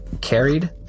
carried